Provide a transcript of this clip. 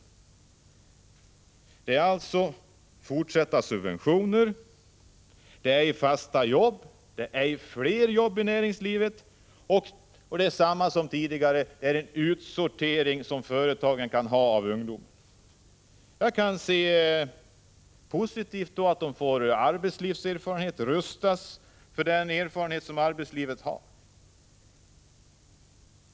Detta innebär alltså: fortsatta subventioner, ej fasta jobb, ej flera jobb inom näringslivet och detsamma som tidigare, nämligen en utsortering av ungdomarna. Jag kan se det som positivt att ungdomarna rustas med den erfarenhet som arbetslivet ger.